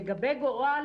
לגבי גורל